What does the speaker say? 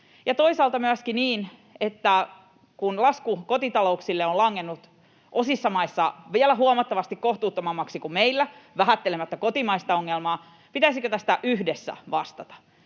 toisaalta myöskin niin, että kun lasku kotitalouksille on langennut osissa maista vielä huomattavasti kohtuuttomammaksi kuin meillä, vähättelemättä kotimaista ongelmaa, niin pitäisikö tästä yhdessä vastata.